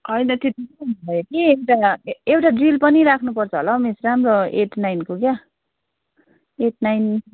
होइन त्यो त भयो कि अन्त एउटा ड्रिल पनि राख्नुपर्छ होला हौ मिस राम्रो एट नाइनको क्या हो एट नाइन